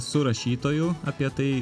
su rašytoju apie tai